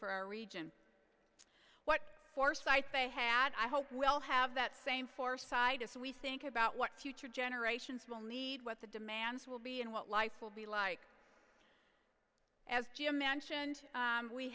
for our region what foresight they had i hope we'll have that same foresight as we think about what future generations will need what the demands will be and what life will be like as jim mentioned